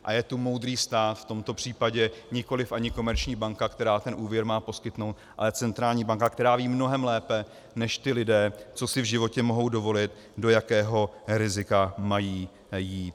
A je tu moudrý stát, v tomto případě nikoliv ani komerční banka, která ten úvěr má poskytnout, ale centrální banka, která ví mnohem lépe než ti lidé, co si v životě mohou dovolit, do jakého rizika mají jít.